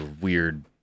weird